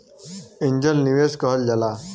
angel निवेस कहल जाला